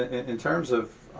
and in terms of